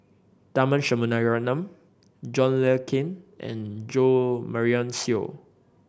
Tharman Shanmugaratnam John Le Cain and Jo Marion Seow